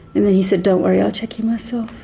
and then he said, don't worry. i'll check him myself.